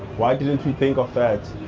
why didn't we think of that?